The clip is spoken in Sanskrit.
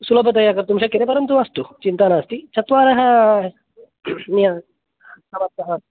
सुलभतया कर्तुं शक्यते परन्तु अस्तु चिन्ता नास्ति चत्वारः समाप्तः